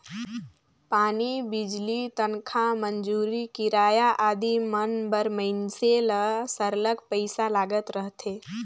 पानी, बिजली, तनखा, मंजूरी, किराया आदि मन बर मइनसे ल सरलग पइसा लागत रहथे